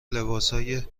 لباسهای